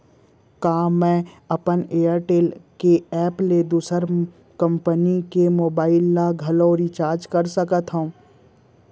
का मैं अपन एयरटेल के एप ले दूसर कंपनी के मोबाइल ला घलव रिचार्ज कर सकत हव?